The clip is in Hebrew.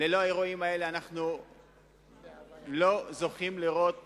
ללא האירועים האלה אנחנו לא זוכים לראות